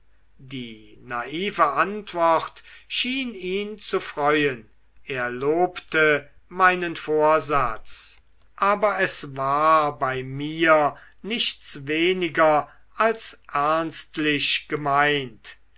die naive antwort schien ihn zu freuen er lobte meinen vorsatz aber es war bei mir nichts weniger als ernstlich gemeint